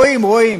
רואים, רואים.